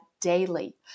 daily